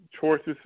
choices